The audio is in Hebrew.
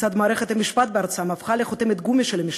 כיצד מערכת המשפט בארצם הפכה לחותמת גומי של המשטר,